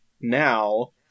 now